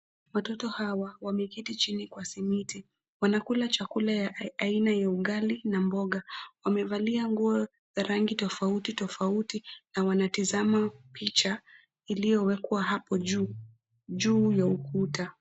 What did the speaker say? Watoto hawa wameketi chini kwa simiti. Wanakula chakula ya aina ya ugali na mboga. Wamevalia nguo za rangi tofauti tofauti na wanatazama picha iliyowekwa hapo juu, juu ya ukuta.